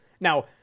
now